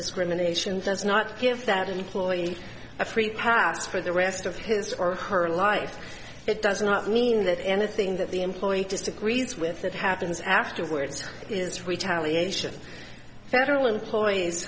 discrimination does not give that employee a free pass for the rest of his or her life it does not mean that anything that the employee disagrees with that happens afterwards is retaliation federal employees